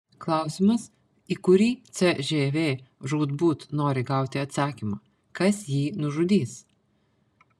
klausimas į kurį cžv žūtbūt nori gauti atsakymą kas jį nužudys